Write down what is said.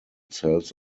cells